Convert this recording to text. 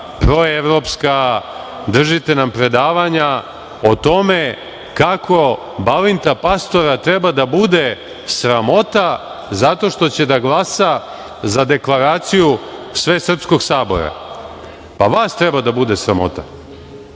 proevropska, držite nam predavanja o tome kako Balinta Pastora treba da bude sramota zato što će da glasa za deklaraciju Svesrpskog sabora. Vas treba da bude sramota.